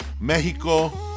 Mexico